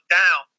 down